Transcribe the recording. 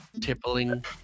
tippling